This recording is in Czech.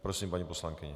Prosím, paní poslankyně.